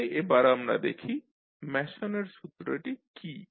তাহলে এবার আমরা দেখি ম্যাসনের সূত্রটি কী